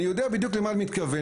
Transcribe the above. אני יודע בדיוק למה את מתכוונת,